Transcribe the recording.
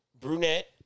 Brunette